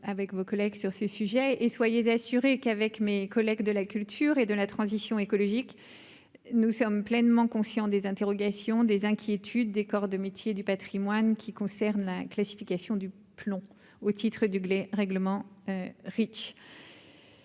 avec vos collègues sur ce sujet et soyez assurés qu'avec mes collègues de la culture et de la transition écologique, nous sommes pleinement conscients des interrogations, des inquiétudes, des corps de métiers du Patrimoine qui concerne la classification du plomb au titre du règlement Reach.